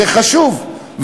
זה נושא חשוב,